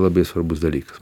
labai svarbus dalykas